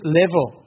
level